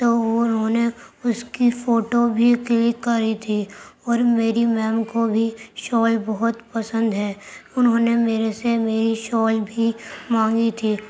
تو وہ انہوں نے اس کی فوٹو بھی کلک کری تھی اور میری میم کو بھی شال بہت پسند ہے انہوں نے میرے سے میری شال بھی مانگی تھی